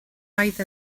oedd